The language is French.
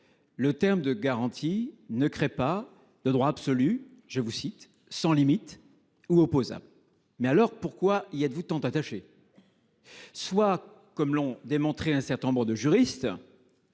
le terme « garantie » ne crée pas de « droit absolu, sans limites ou encore opposable ». Mais alors pourquoi y êtes vous tant attaché ? Soit, comme l’ont démontré un certain nombre de juristes,